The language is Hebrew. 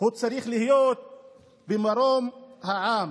צריך להיות במרום העם,